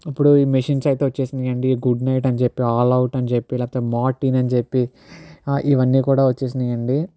ఇప్పుడు మిషన్స్ అయితే వచ్చేసింది గుడ్ నైట్ అని చెప్పి ఆల్ అవుట్ అని చెప్పి లేకపోతే మార్టిన్ అని చెప్పి ఇవన్నీ కూడా వచ్చేసినాయండి